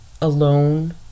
alone